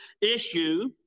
issue